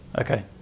Okay